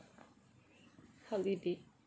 holiday